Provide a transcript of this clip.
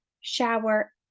shower